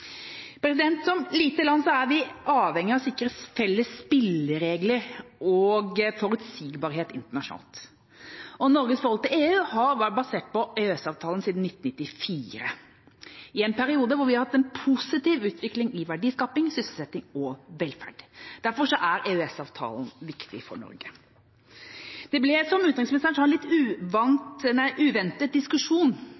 Som et lite land er vi avhengige av å sikres felles spilleregler og forutsigbarhet internasjonalt. Norges forhold til EU har vært basert på EØS-avtalen siden 1994, i en periode da vi har hatt en positiv utvikling i verdiskaping, sysselsetting og velferd. Derfor er EØS-avtalen viktig for Norge. Det ble, som utenriksministeren sa, litt